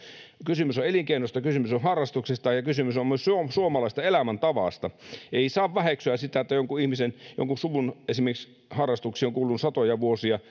kysymys on elinkeinosta kysymys on harrastuksista ja kysymys on on myös suomalaisesta elämäntavasta ei saa väheksyä sitä että esimerkiksi jonkun suvun harrastuksiin on kuulunut satoja vuosia